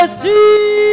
see